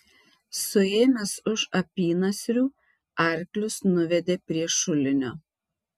suėmęs už apynasrių arklius nuvedė prie šulinio